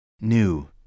New